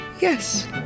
yes